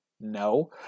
No